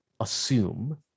assume